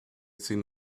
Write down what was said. seen